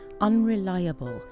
unreliable